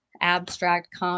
abstract